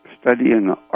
studying